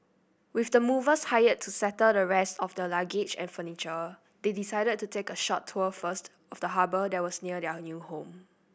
with the movers hired to settle the rest of their luggage and furniture they decided to take a short tour first of the harbour that was near their new home